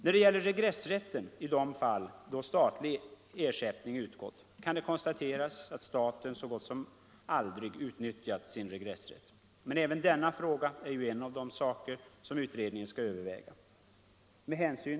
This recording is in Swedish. När det gäller regressrätten i de fall då statlig ersättning utgått kan det konstateras, att staten så gott som aldrig utnyttjat sin regressrätt. Men även denna fråga är ju en av de saker som utredningen skall överväga.